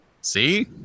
See